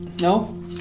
No